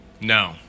no